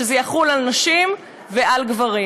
שזה יחול על נשים ועל גברים.